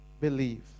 believe